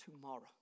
tomorrow